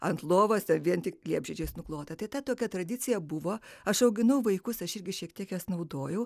ant lovos vien tik liepžiedžiais nuklota tai ta tokia tradicija buvo aš auginau vaikus aš irgi šiek tiek jas naudojau